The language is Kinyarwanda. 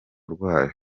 rwayo